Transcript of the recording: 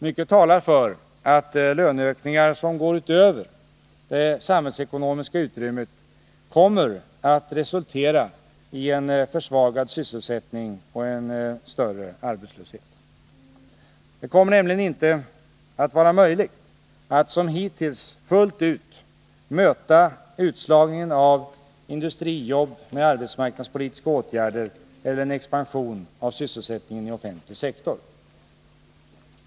Mycket talar för att löneökningar som går utöver det samhällsekonomiska utrymmet kommer att resultera i en försvagad sysselsättning och en större arbetslöshet. Det kommer nämligen inte att vara möjligt att som hittills fullt ut möta utslagningen av industrijobb med arbetsmarknadspolitiska åtgärder eller en expansion av sysselsättningen i offentlig sektor.